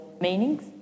meanings